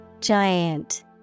Giant